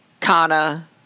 Kana